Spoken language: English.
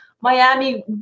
Miami